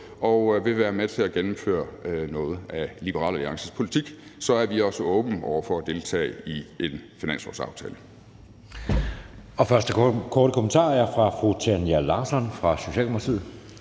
og vil være med til at gennemføre noget af Liberal Alliances politik, og så er vi også åbne over for at deltage i en finanslovsaftale.